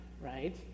right